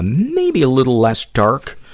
maybe a little less dark.